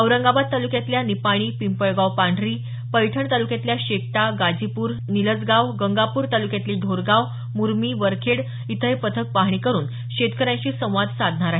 औरंगाबाद तालुक्यातल्या निपाणी पिंपळगाव पांढरी पैठण तालुक्यातील शेकटा गाजीपूर निलजगाव गंगापूर तालुक्यातील ढोरगाव मुरमी वरखेड इथं हे पथक पाहणी करून शेतकऱ्याशी संवाद साधणार आहेत